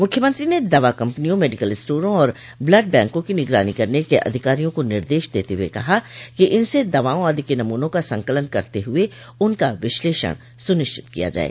मुख्यमंत्री ने दवा कम्पनियों मेडिकल स्टोरो और ब्लड बैंका की निगरानी करने के अधिकारियों को निर्देश देते हुए कहा कि इनसे दवाओं आदि के नमूनों का संकलन करते हुए उनका विशलेषण सुनिश्चित किया जाये